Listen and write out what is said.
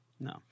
No